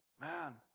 man